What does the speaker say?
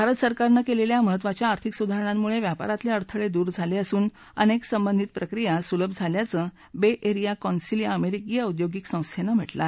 भारत सरकारनं केलेल्या महत्त्वाच्या आर्थिक सुधारणांमुळे व्यापारातले अडथळे दूर झाले असून अनेक संबंधित प्रक्रिया सुलभ झाल्या असल्याचं वे एरिया कौन्सिल या अमेरिकी औद्योगिक संस्थेनं म्हटलं आहे